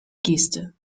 geste